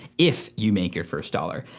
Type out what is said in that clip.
if you make your first dollar.